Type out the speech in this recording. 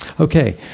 Okay